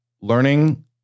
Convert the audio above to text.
learning